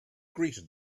greeted